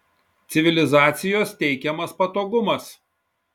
civilizacijos teikiamas patogumas